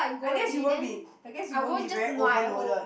I guess you won't be I guess you won't be very overloaded